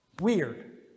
Weird